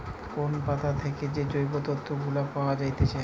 কোন পাতা থেকে যে জৈব তন্তু গুলা পায়া যাইতেছে